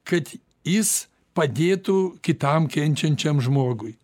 kad jis padėtų kitam kenčiančiam žmogui